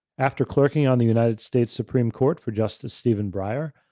after clerking on the united states supreme court for justice stephen breyer,